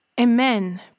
Amen